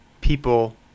people